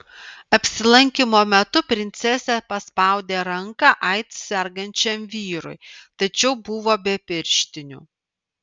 apsilankymo metu princesė paspaudė ranką aids sergančiam vyrui tačiau buvo be pirštinių